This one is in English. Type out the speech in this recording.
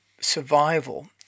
survival